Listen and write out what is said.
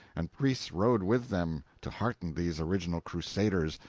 and priests rode with them, to hearten these original crusaders,